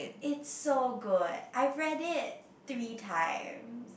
it's so good I read it three times